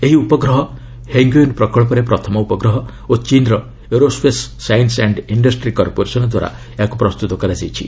ଏହି ଉପଗ୍ରହ ହୋଙ୍ଗ୍ୟୁୟୁନ୍ ପ୍ରକଳ୍ପରେ ପ୍ରଥମ ଉପଗ୍ରହ ଓ ଚୀନ୍ର aerospace science and industry corporation ଦ୍ୱାରା ଏହାକୁ ପ୍ରସ୍ତୁତ କରାଯାଇଛି